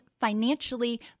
financially